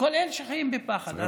וכל אלה שחיים בפחד.